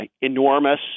enormous